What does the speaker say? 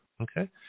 Okay